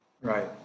Right